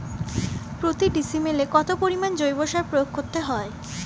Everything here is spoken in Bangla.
প্রতি ডিসিমেলে কত পরিমাণ জৈব সার প্রয়োগ করতে হয়?